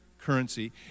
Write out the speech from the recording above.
currency